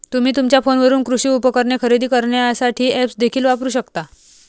तुम्ही तुमच्या फोनवरून कृषी उपकरणे खरेदी करण्यासाठी ऐप्स देखील वापरू शकता